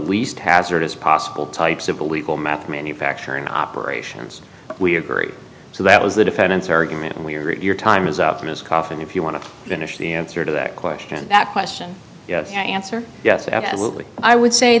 hazardous possible types of illegal map manufacturing operations we agree so that was the defendant's argument and we read your time is up in his coffin if you want to finish the answer to that question that question yes answer yes absolutely i would say